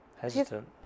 hesitant